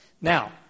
Now